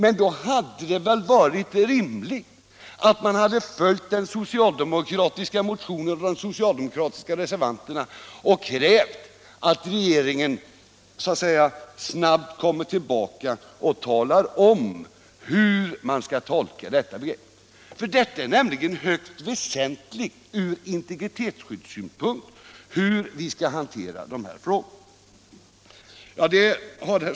Men då hade det väl varit rimligt att man hade följt den socialdemokratiska motionen och i likhet med de socialdemokratiska reservanterna krävt att regeringen snabbt kommer tillbaka och talar om, hur man skall tolka dessa begrepp. Det är nämligen högst väsentligt ur integritetsskyddssynpunkt hur vi skall hantera de här frågorna.